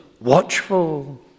watchful